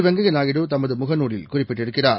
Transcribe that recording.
வெங்கய்யநாயுடுதன துமுகநூலில்குறிப்பிட்டிருக்கிறார்